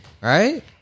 right